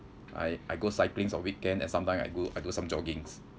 I I go cycling on weekend and sometimes I go I do some joggings